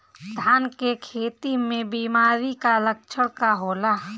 धान के खेती में बिमारी का लक्षण का होला?